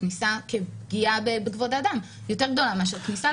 כניסה שכפגיעה בכבוד האדם היא יותר גדולה מאשר כניסה לעסק.